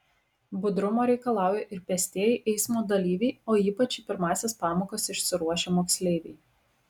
budrumo reikalauja ir pėstieji eismo dalyviai o ypač į pirmąsias pamokas išsiruošę moksleiviai